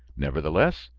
nevertheless,